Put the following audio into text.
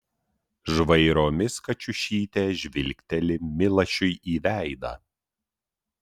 žvairomis kačiušytė žvilgteli milašiui į veidą